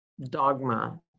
dogma